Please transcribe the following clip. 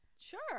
Sure